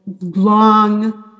long